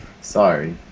Sorry